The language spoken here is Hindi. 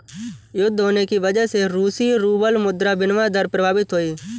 युद्ध होने की वजह से रूसी रूबल मुद्रा विनिमय दर प्रभावित हुई